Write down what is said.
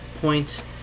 point